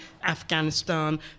Afghanistan